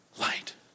Light